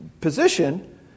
position